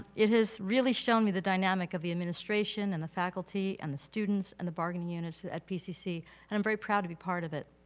it has really shown me the dynamic of the administration and the faculty, and the students, and the bargaining units at pcc and i'm very proud to be part of it.